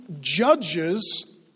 judges